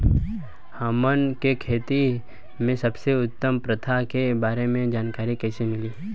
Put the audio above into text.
हमन के खेती में सबसे उत्तम प्रथा के बारे में जानकारी कैसे मिली?